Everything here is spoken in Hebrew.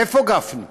איפה גפני?